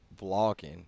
vlogging